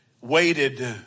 waited